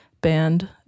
band